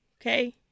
okay